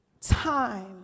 time